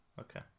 Okay